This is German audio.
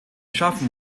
schaffen